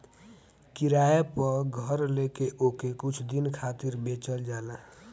किराया पअ घर लेके ओके कुछ दिन खातिर बेचल जाला